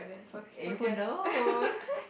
eh who knows